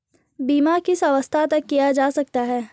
बीमा किस अवस्था तक किया जा सकता है?